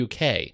UK